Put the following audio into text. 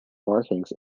markings